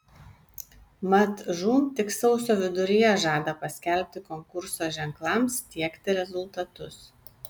mat žūm tik sausio viduryje žada paskelbti konkurso ženklams tiekti rezultatus